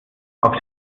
auf